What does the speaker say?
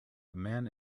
man